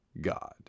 God